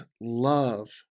love